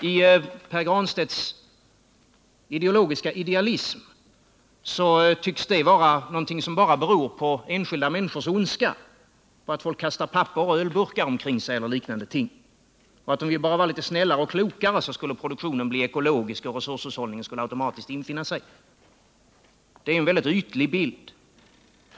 I Pär Granstedts ideologiska idealism tycks detta bara bero på enskilda människors ondska, på att folk kastar papper och ölburkar omkring sig och liknande. Om vi bara var litet snällare och klokare skulle produktionen bli ekologisk och resurshushållningen automatiskt infinna sig! Det är en mycket ytlig bild.